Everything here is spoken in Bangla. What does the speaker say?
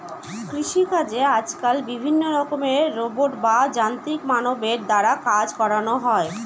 কৃষিকাজে আজকাল বিভিন্ন রকমের রোবট বা যান্ত্রিক মানবের দ্বারা কাজ করানো হয়